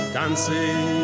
dancing